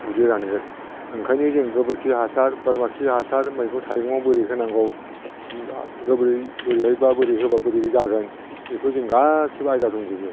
उदै रानगोन ओंखायनो जों गोबोरखि हासार बोरमा खि हासार मैगं थाइगंआव बोरै होनांगौ बोरैहायब्ला बोरै होब्ला जागोन बेखौ जों गासिबो आयदा दंजोबो